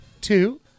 Two